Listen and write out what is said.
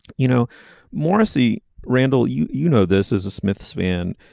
you know morrissey randall you you know this is a smiths fan.